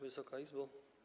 Wysoka Izbo!